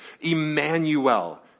Emmanuel